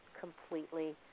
completely